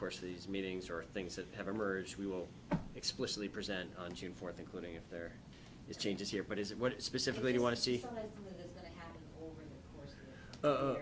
course of these meetings or things that have emerged we will explicitly present on june fourth including if there is changes here but is it what specifically you want to see o